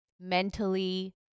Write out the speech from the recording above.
mentally